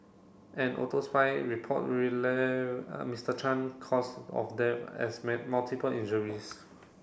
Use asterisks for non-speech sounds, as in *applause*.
an *unintelligible* report *unintelligible* Mister Chan cause of death as *unintelligible* multiple injuries